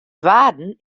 waarden